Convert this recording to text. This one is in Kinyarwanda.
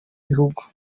bihugu